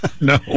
No